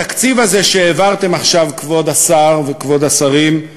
בתקציב הזה שהעברתם עכשיו, כבוד השר, וכבוד השרים,